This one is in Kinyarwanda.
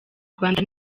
rwanda